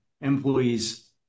employees